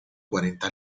cuarenta